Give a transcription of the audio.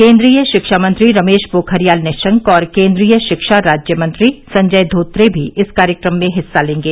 केन्द्रीय शिक्षा मंत्री रमेश पोखरियाल निशंक और केन्द्रीय शिक्षा राज्य मंत्री संजय धोत्रे भी इस कार्यक्रम में हिस्सा लेंगे